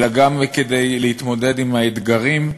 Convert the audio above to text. אלא גם כדי להתמודד עם האתגרים,